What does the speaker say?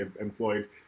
employed